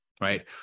right